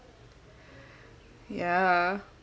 yah